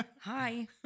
hi